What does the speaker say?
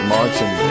Martin